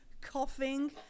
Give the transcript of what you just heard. coughing